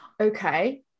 Okay